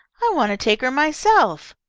i want to take her myself.